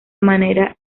manera